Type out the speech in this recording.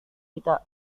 kita